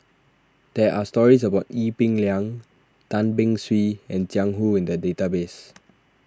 there are stories about Ee Peng Liang Tan Beng Swee and Jiang Hu in the database